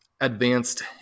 advanced